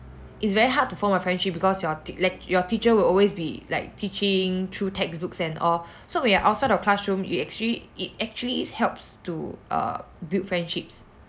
it's very hard to form a friendship because your tea~ like your teacher will always be like teaching through textbooks and all so when you are outside of classroom you actually it actually helps to err build friendships